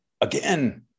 again